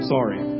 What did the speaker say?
Sorry